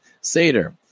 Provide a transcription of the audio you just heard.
Seder